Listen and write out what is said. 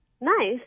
nice